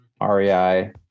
REI